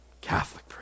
Catholic